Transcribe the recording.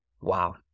Wow